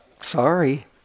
Sorry